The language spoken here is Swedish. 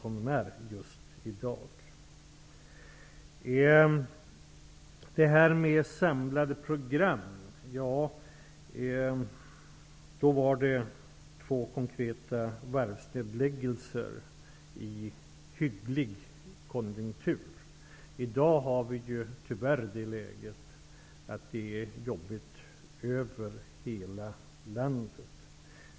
Så något om det här med samlade program. Ja, tidigare var det två konkreta varvsnedläggelser i en hygglig konjunktur. I dag är läget tyvärr det att det är jobbigt över hela landet.